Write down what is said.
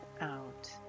out